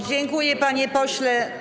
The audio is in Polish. Dziękuję, panie pośle.